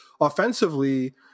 offensively